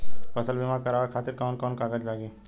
फसल बीमा करावे खातिर कवन कवन कागज लगी?